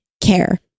care